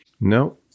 No